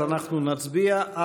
אז אנחנו נצביע,